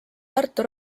tartu